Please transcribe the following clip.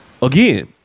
Again